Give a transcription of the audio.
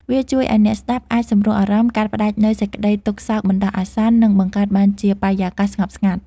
វាជួយឱ្យអ្នកស្តាប់អាចសម្រួលអារម្មណ៍ កាត់ផ្តាច់នូវសេចក្តីទុក្ខសោកបណ្តោះអាសន្ន និងបង្កើតបានជាបរិយាកាសស្ងប់ស្ងាត់